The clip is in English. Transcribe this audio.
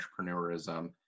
entrepreneurism